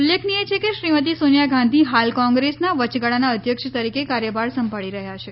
ઉલ્લેખનીય છે કે શ્રીમતી સોનિયા ગાંધી હાલ કોંગ્રેસના વચગાળાના અધ્યક્ષ તરીકે કાર્યભાર સંભાળી રહ્યા છે